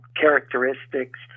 characteristics